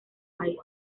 país